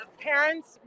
parents